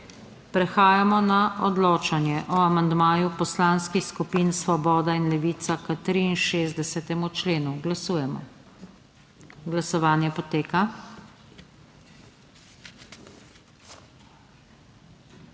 Prehajamo na odločanje o amandmaju poslanskih skupin Svoboda in Levica k 33. členu. Glasujemo. Navzočih